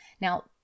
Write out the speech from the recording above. Now